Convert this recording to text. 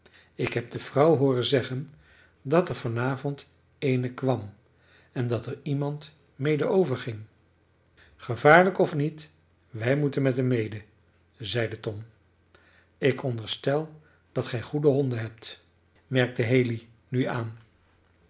ik heb de vrouw hooren zeggen dat er van avond eene kwam en dat er iemand mede overging gevaarlijk of niet wij moeten met hem mede zeide tom ik onderstel dat gij goede honden hebt merkte haley nu aan